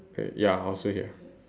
ya I also hear